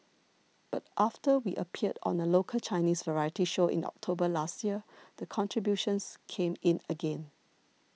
but after we appeared on a local Chinese variety show in October last year the contributions came in again